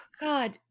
God